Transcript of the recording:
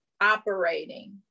operating